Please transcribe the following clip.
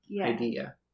idea